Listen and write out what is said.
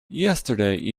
yesterday